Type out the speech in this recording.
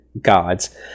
gods